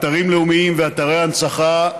אתרים לאומיים ואתרי הנצחה,